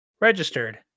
Registered